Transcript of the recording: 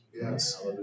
Yes